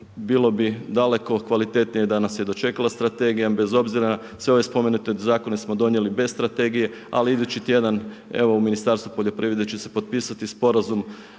bilo bi daleko kvalitetnije da nas je dočekala strategije bez obzira sve ove spomenute zakone smo donijeli bez strategije, ali idući tjedan u Ministarstvu poljoprivrede će se potpisati sporazum